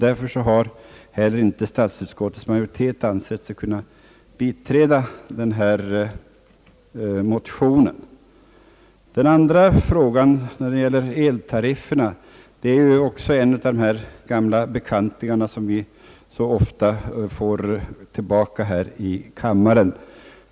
Därför har statsutskottets majoritet inte ansett sig kunna biträda denna motion. Den andra frågan, som gäller eltarifferna, är en av de gamla bekantingar som vi så ofta få tillbaka här i kammaren.